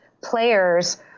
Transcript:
players